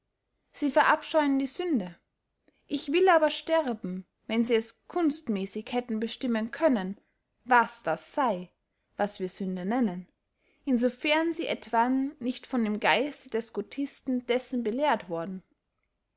sie verabscheuen die sünde ich will aber sterben wenn sie es kunstmäßig hätten bestimmen können was das sey was wir sünde nennen insofern sie etwann nicht von dem geiste der scotisten dessen belehrt worden